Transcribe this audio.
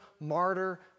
martyr